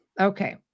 Okay